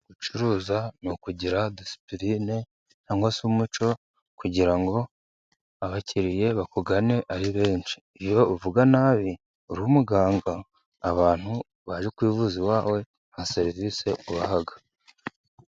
Gucuruza ni ukugira disipurine cyangwa se umuco, kugira ngo abakiriya bakugane ari benshi, iyo uri umuganga uvuga nabi, abantu bari kwivuza iwawe nta serivisi ubaha.